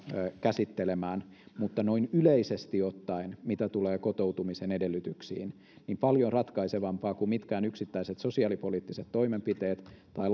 käsittelemään mutta noin yleisesti ottaen mitä tulee kotoutumisen edellytyksiin niin paljon ratkaisevampaa kuin mitkään yksittäiset sosiaalipoliittiset toimenpiteet tai